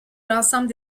l’ensemble